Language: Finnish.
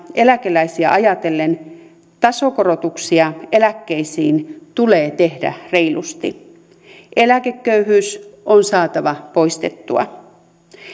eläkeläisiä ajatellen tasokorotuksia eläkkeisiin tulee tehdä reilusti eläkeköyhyys on saatava poistettua